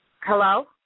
Hello